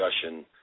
discussion